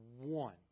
one